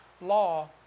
law